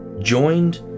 joined